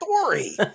story